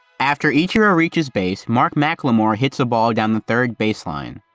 after ichiro reaches base, mark mclemore hits a ball down the third baseline.